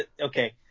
Okay